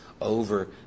over